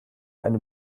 eine